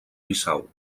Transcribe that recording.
bissau